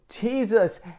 Jesus